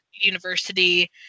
University